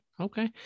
Okay